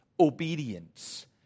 obedience